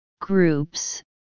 groups